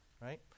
right